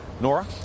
Nora